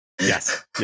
Yes